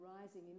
rising